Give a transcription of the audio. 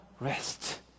Rest